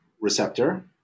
receptor